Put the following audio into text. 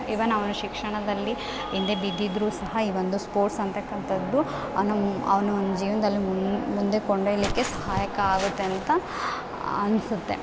ಇವನ್ ಅವನು ಶಿಕ್ಷಣದಲ್ಲಿ ಹಿಂದೆ ಬಿದ್ದಿದ್ರೂರೂ ಸಹ ಈ ಒಂದು ಸ್ಪೋರ್ಟ್ಸ್ ಅನ್ತಕ್ಕಂಥದ್ದು ಅನುಮ್ ಅವನು ಜೀವನ್ದಲ್ಲಿ ಮುಂದೆ ಕೊಂಡೊಯ್ಯಲಿಕ್ಕೆ ಸಹಾಯಕ ಆಗುತ್ತೆ ಅಂತ ಅನ್ಸುತ್ತೆ